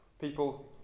people